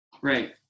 right